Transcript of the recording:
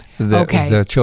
Okay